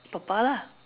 papa lah